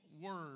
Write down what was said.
word